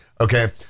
Okay